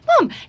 Mom